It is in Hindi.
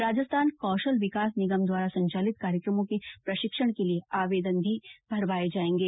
राजस्थान कौशल विकास निगम द्वारा संचालित कार्यक्रमों में प्रशिक्षण के लिये आवेदन भी भरवाये जायेंगे